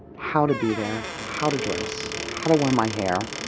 how to be there, how to dress, how to wear my hair,